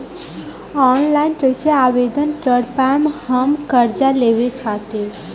Online कइसे आवेदन कर पाएम हम कर्जा लेवे खातिर?